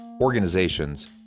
organizations